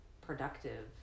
productive